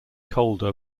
colder